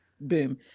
boom